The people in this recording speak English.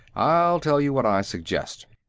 i'll tell you what i suggest.